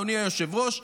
אדוני היושב-ראש,